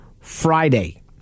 Friday